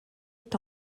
est